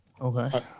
Okay